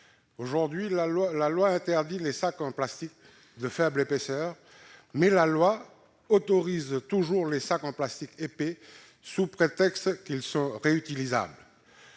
aujourd'hui les sacs en plastique de faible épaisseur, mais elle autorise toujours les sacs en plastique épais, sous prétexte qu'ils sont réutilisables.